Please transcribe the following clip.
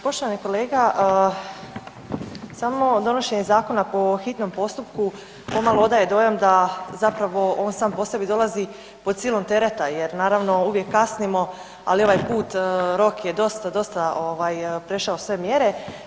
Poštovani kolega, samo donošenje zakona po hitnom postupku pomalo odaje dojam da zapravo on sam po sebi dolazi pod silom tereta jer naravno uvijek kasnimo, ali ovaj put rok je dosta, dosta prešao sve mjere.